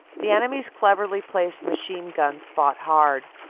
the enemy's cleverly placed machine-guns fought hard.